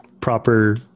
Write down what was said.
proper